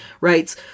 writes